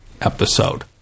episode